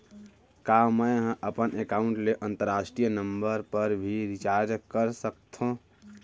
का मै ह अपन एकाउंट ले अंतरराष्ट्रीय नंबर पर भी रिचार्ज कर सकथो